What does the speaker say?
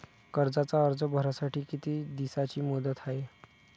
कर्जाचा अर्ज भरासाठी किती दिसाची मुदत हाय?